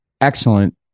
excellent